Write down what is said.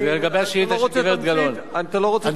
לגבי השאילתא של גברת גלאון, אתה לא רוצה תמצית?